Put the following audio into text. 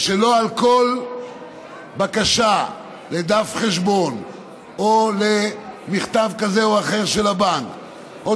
ושלא על כל בקשה לדף חשבון או למכתב כזה או אחר של הבנק או